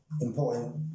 important